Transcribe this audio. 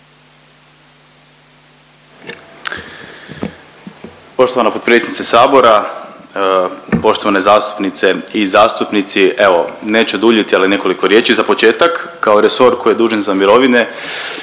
Poštovana potpredsjednice Sabora, poštovane zastupnice i zastupnici. Evo neću duljiti, ali nekoliko riječi za početak. Kao resor koji je zadužen za mirovine